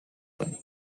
کنی